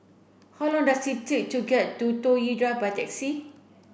how long does it take to get to Toh Drive by taxi